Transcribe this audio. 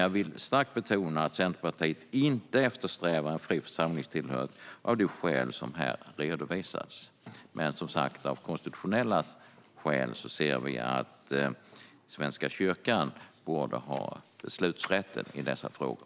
Jag vill dock starkt betona att Centerpartiet inte eftersträvar en fri församlingstillhörighet, av de skäl som här redovisats. Av konstitutionella skäl ser vi som sagt ändå att Svenska kyrkan borde ha beslutsrätten i dessa frågor.